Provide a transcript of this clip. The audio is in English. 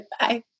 Bye